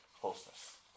closeness